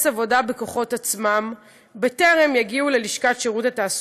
עבודה בכוחות עצמם בטרם יגיעו ללשכת שירות התעסוקה.